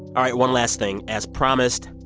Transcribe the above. all right. one last thing. as promised,